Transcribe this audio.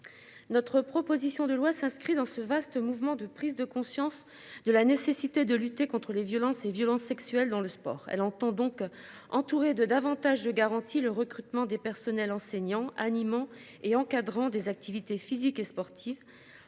Notre proposition de loi s'inscrit dans ce vaste mouvement de prise de conscience de la nécessité de lutter contre les violences et violences sexuelles dans le sport. Elle entend donc entouré de davantage de garanties le recrutement des personnels enseignants animant et encadrant des activités physiques et sportives